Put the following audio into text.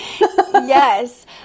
Yes